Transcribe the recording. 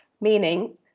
meaning